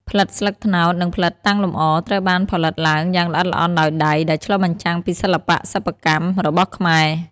ផ្លិតស្លឹកត្នោត និងផ្លិតតាំងលម្អ ត្រូវបានផលិតឡើងយ៉ាងល្អិតល្អន់ដោយដៃ ដែលឆ្លុះបញ្ចាំងពីសិល្បៈសិប្បកម្មរបស់ខ្មែរ។